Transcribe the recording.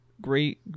great